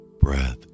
breath